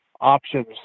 options